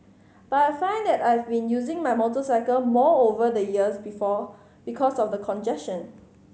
but I find that I've been using my motorcycle more over the years before because of the congestion